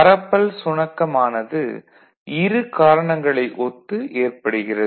பரப்பல் சுணக்கம் ஆனது இரு காரணங்களை ஒத்து ஏற்படுகிறது